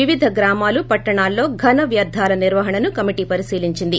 వివిధ గ్రామాలు పట్లణాల్లో ఘనవ్వర్దాల నిర్వహణను కమిటీ పరిశీలించింది